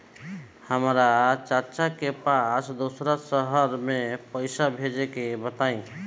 हमरा चाचा के पास दोसरा शहर में पईसा भेजे के बा बताई?